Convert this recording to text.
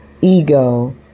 ego